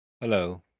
Hello